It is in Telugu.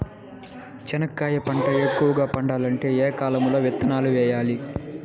చెనక్కాయ పంట ఎక్కువగా పండాలంటే ఏ కాలము లో విత్తనాలు వేయాలి?